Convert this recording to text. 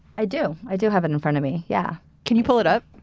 i do. i do have it in front of me. yeah. can you pull it up?